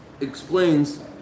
explains